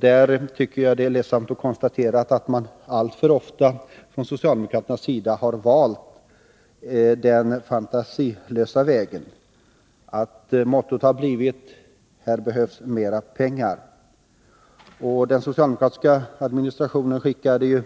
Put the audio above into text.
Där tycker jag att det är ledsamt att konstatera att socialdemokraterna alltför ofta har valt den fantasilösa vägen, att mottot endast har blivit: Här behövs mera pengar. Den socialdemokratiska administrationen skickade